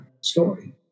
story